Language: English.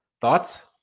thoughts